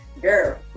girl